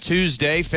Tuesday